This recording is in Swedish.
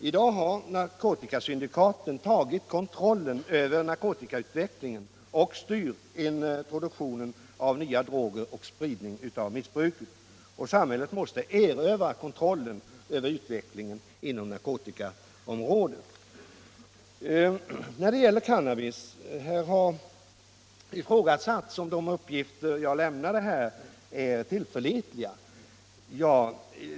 I dag har narkotikasyndikaten tagit kontrollen över narkotikautvecklingen och styr en produktion av nya droger och en spridning av missbruket. Samhället måste erövra kontrollen över utvecklingen på narkotikaområdet. Det har ifrågasatts om de uppgifter jag lämnade om cannabis är tillförlitliga.